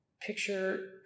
picture